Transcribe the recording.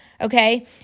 okay